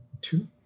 two